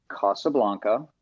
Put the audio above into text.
Casablanca